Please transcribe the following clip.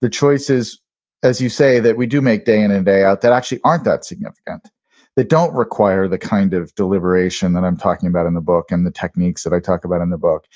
the choices as you say that we do make day in and day out that actually aren't that significant that don't require the kind of deliberation that i'm talking about in the book and the technique that i talk about in the book.